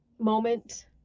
moment